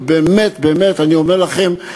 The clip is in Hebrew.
באמת, באמת, אני אומר לכם,